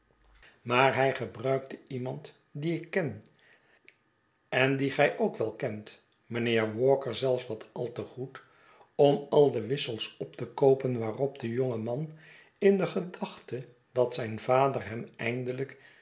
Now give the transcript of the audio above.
maar hij gebruikte iemand dien ik ken en dien gij ook wel kent meneer walker zelfs wat al te goed om al de wissels op te koopen waarop de jonge man in de gedachte dat zijn vader hem eindelijk